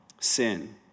sin